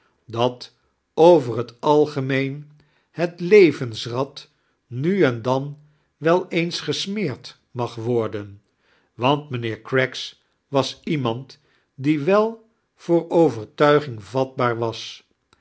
dat over het algemeen het levemsrad nu en dan wel eens gesimeeird mag warden want mijnheer craggs was iemand die wel vooor overtuiging vatbaar was